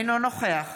אינו נוכח